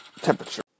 temperature